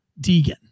Deegan